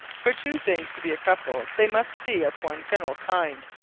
for two things to be a couple they must be of one general kind,